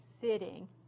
sitting